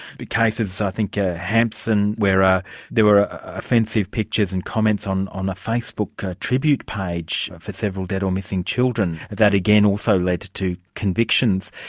cases, i think hampson where ah there were offensive pictures and comments on on a facebook tribute page for several dead or missing children, that again also led to to convictions.